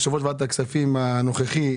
יושב-ראש ועדת הכספים הנוכחי,